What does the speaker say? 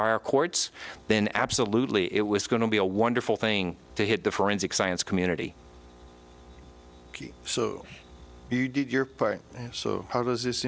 by our courts been absolutely it was going to be a wonderful thing to hit the forensic science community so you did your part so how does this